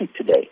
today